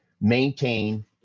maintain